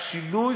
השינוי,